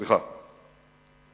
2009. סליחה,